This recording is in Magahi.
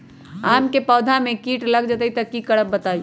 आम क पौधा म कीट लग जई त की करब बताई?